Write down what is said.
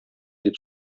дип